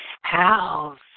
House